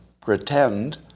pretend